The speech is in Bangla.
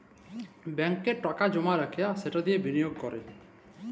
ব্যাংকে টাকা জমা রাখা আর সেট দিঁয়ে বিলিয়গ ক্যরা